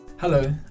Hello